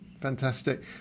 Fantastic